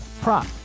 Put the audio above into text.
prop